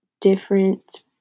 different